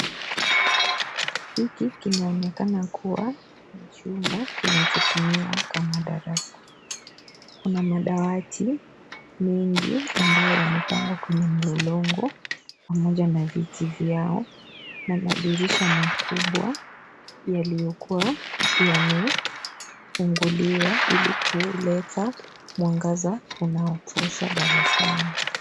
Hiki kinaonekana kua ni chumba kinachotumiwa kama darasa, kuna madawati mengi ambayo yamepangwa kwenye mlolongo pamoja na viti vyao na madirisha makubwa yaliyokua yamefungiliwa ilikuleta mwangaza unaotosha darasani.